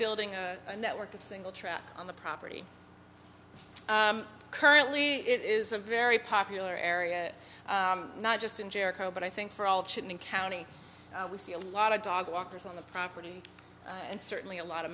building a network of singletrack on the property currently it is a very popular area not just in jericho but i think for all of shouldn't county we see a lot of dog walkers on the property and certainly a lot of